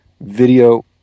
video